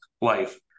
life